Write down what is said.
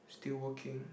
still working